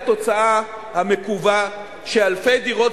התוצאה המקווה היא שאלפי דירות,